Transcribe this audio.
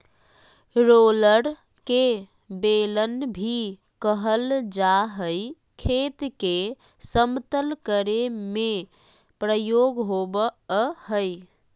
roller के बेलन भी कहल जा हई, खेत के समतल करे में प्रयोग होवअ हई